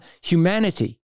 humanity